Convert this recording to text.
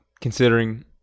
considering